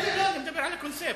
בסדר, לא, אני מדבר על הקונספט.